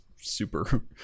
super